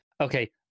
okay